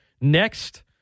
next